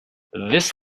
this